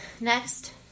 next